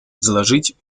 изложить